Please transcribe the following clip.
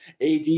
AD